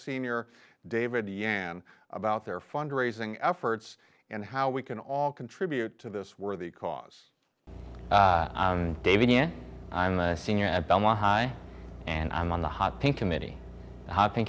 senior david yam about their fundraising efforts and how we can all contribute to this worthy cause david i'm a senior at belmont high and i'm on the hot pink committee hopping